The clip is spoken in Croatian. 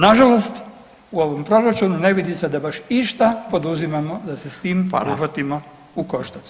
Nažalost u ovom proračunu ne vidi se da baš išta poduzimamo da se s tim uhvatimo u koštac.